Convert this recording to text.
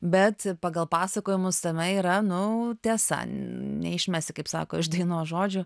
bet pagal pasakojimus tame yra nu tiesa neišmesi kaip sako iš dainos žodžių